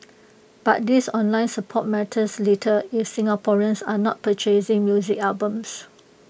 but this online support matters little if Singaporeans are not purchasing music albums